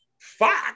Fox